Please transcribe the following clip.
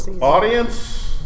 Audience